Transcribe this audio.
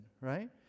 right